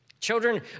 Children